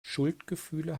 schuldgefühle